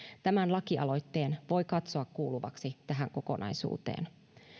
tämän lakialoitteen voi katsoa kuuluvaksi tähän kokonaisuuteen